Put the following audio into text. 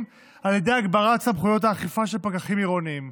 על ידי הגברת סמכויות האכיפה של פקחים עירוניים.